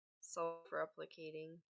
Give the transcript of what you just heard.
Self-replicating